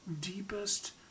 deepest